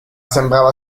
sembrava